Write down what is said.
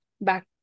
back